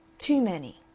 too many.